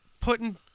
putting